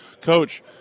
Coach